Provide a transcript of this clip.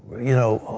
you know,